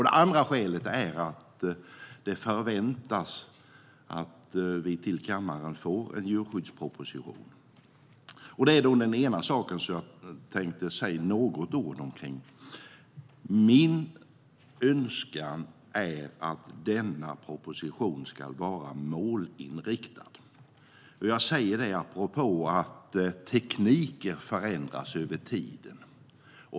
Det förväntas också en djurskyddsproposition från regeringen till kammaren. Det är den ena saken jag tänker säga några ord om. Min önskan är att den propositionen ska vara målinriktad. Tekniker förändras över tiden.